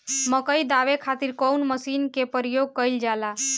मकई दावे खातीर कउन मसीन के प्रयोग कईल जाला?